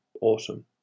awesome